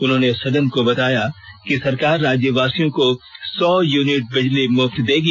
उन्होंने सदन को बताया कि सरकार राज्यवासियों को सौ यूनिट बिजली मुफ्त देगी